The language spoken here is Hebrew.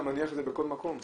אתה מניח את זה בכל מקום?